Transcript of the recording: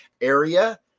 area